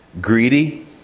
Greedy